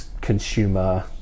consumer